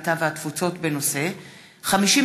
הקליטה והתפוצות בעקבות דיון בהצעתו של חבר הכנסת נחמן שי בנושא: